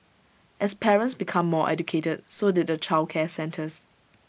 as parents became more educated so did the childcare centres